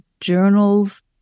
journals